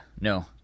no